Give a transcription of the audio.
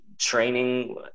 training